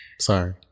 sorry